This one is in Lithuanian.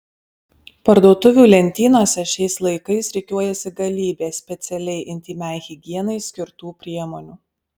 parduotuvių lentynose šiais laikais rikiuojasi galybė specialiai intymiai higienai skirtų priemonių